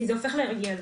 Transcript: כי זה הופך להרגל.